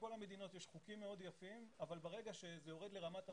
לכל המדינות יש חוקים מאוד יפים אבל ברגע שזה יורד לרמת הרחוב,